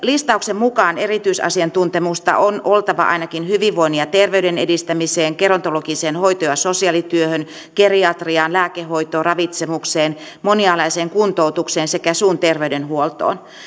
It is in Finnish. listauksen mukaan erityisasiantuntemusta on oltava ainakin hyvinvoinnin ja terveyden edistämiseen gerontologiseen hoito ja sosiaalityöhön geriatriaan lääkehoitoon ravitsemukseen monialaiseen kuntoutukseen sekä suun terveydenhuoltoon